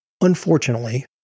Unfortunately